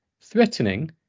Threatening